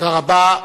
תודה רבה.